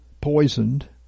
poisoned